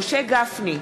משה גפני,